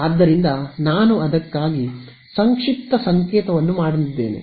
ಆದ್ದರಿಂದ ನಾನು ಅದಕ್ಕಾಗಿ ಸಂಕ್ಷಿಪ್ತ ಸಂಕೇತವನ್ನು ಮಾಡಲಿದ್ದೇನೆ